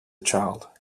child